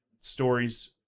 stories